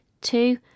two